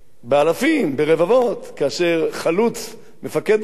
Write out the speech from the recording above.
באלפים, ברבבות, כאשר חלוץ מפקד עליהם.